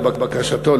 לבקשתו,